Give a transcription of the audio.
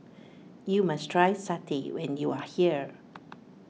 you must try Satay when you are here